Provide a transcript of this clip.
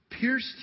Pierced